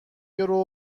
درمانی